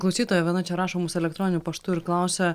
klausytoja viena čia rašo mums elektroniniu paštu ir klausia